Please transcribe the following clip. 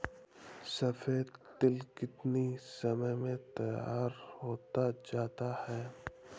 सफेद तिल कितनी समय में तैयार होता जाता है?